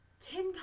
Tim